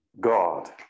God